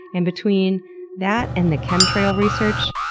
and between that and the chemtrail research,